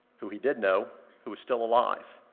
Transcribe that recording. who he did know, who was still alive.